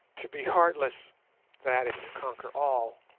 to be heartless that is to conquer all.